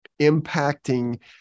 impacting